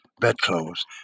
bedclothes